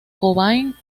cobain